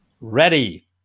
ready